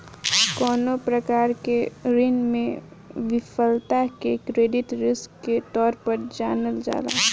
कवनो प्रकार के ऋण में विफलता के क्रेडिट रिस्क के तौर पर जानल जाला